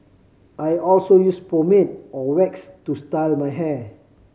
I also use pomade or wax to style my hair